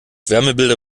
wärmebilder